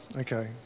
okay